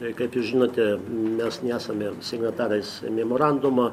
ir kaip jūs žinote mes nesame signatarais mėmorandumą